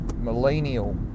Millennial